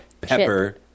pepper